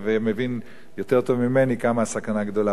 יותר טוב ממני כמה הסכנה גדולה במצב הזה.